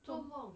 做梦